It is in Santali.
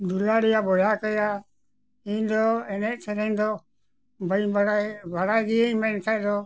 ᱫᱩᱞᱟᱹᱲᱤᱭᱟᱹ ᱵᱚᱭ ᱠᱮᱭᱟ ᱤᱧ ᱫᱚ ᱮᱱᱮᱡ ᱥᱮᱨᱮᱧ ᱫᱚ ᱵᱟᱹᱧ ᱵᱟᱲᱟᱭᱟ ᱵᱟᱲᱟᱭ ᱜᱤᱭᱟᱹᱧ ᱢᱮᱱᱠᱷᱟᱡ ᱫᱚ